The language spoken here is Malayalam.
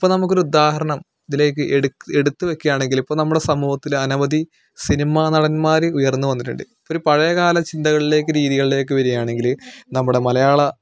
ഇപ്പോൾ നമുക്കൊരു ഉദാഹരണം ഇതിലേക്ക് എടു എടുത്തു വയ്ക്കുകയാണെങ്കിൽ ഇപ്പോൾ നമ്മുടെ സമൂഹത്തിൽ അനവധി സിനിമ നടന്മാർ ഉയർന്നു വന്നിട്ടുണ്ട് ഒരു പഴയകാല ചിന്തകളിലേക്ക് രീതികളിലേക്ക് വരികയാണെങ്കിൽ നമ്മുടെ മലയാള